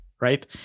right